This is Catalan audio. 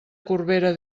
corbera